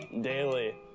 daily